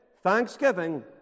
thanksgiving